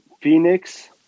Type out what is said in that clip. Phoenix